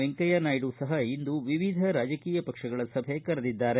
ವೆಂಕಯ್ಯ ನಾಯ್ದು ಸಪ ಇಂದು ವಿವಿಧ ರಾಜಕೀಯ ಪಕ್ಷಗಳ ಸಭೆ ಕರೆದಿದ್ದಾರೆ